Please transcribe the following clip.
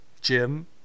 Jim